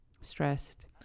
stressed